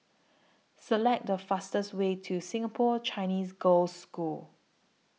Select The fastest Way to Singapore Chinese Girls' School